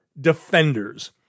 defenders